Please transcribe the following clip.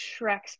Shrek's